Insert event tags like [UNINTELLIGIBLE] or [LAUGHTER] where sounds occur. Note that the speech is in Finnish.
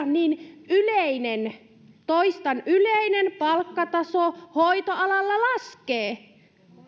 [UNINTELLIGIBLE] niin yleinen toistan yleinen palkkataso hoitoalalla laskee